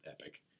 epic